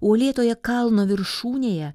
uolėtoje kalno viršūnėje